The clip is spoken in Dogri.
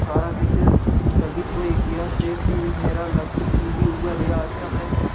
सारा किश स्थगित होई गेआ ते फ्ही मेरा लक्ष्य फ्ही बी उ'ऐ रेहा असें अपनै